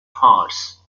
hearts